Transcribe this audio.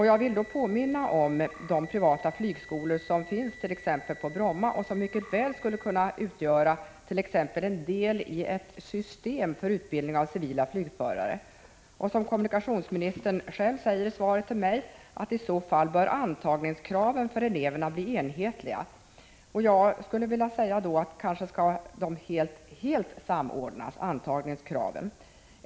Jag vill då påminna om de privata flygskolor som finns, t.ex. på Bromma, och som mycket väl skulle kunna utgöra exempelvis en del av ett system för utbildning av civila flygförare. I så fall bör, som kommunikationsministern själv säger i svaret till mig, antagningskraven för eleverna bli enhetliga. Ja, kanske bör antagningskraven helt samordnas.